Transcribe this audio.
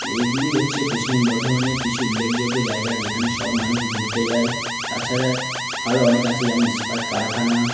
এইগুলিই হচ্ছে পশ্চিম বর্ধমানের কিছু উল্লেখযোগ্য জায়গা যেখানে সব মানুষ ঘুরতে যায় তাছাড়া আরও অনেক আছে যেমন ইস্পাত কারখানা